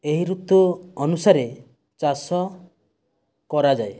ଏହି ଋତୁ ଅନୁସାରେ ଚାଷ କରାଯାଏ